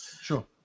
Sure